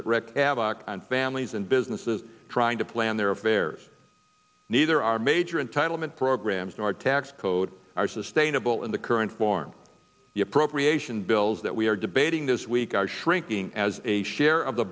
that wrecked havoc and families and businesses trying to plan their affairs neither our major entitlement programs in our tax code are sustainable in the current form the appropriation bills that we are debating this week are shrinking as a share of the